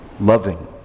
loving